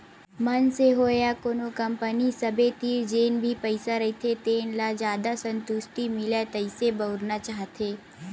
मनसे होय या कोनो कंपनी सबे तीर जेन भी पइसा रहिथे तेन ल जादा संतुस्टि मिलय तइसे बउरना चाहथे